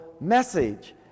message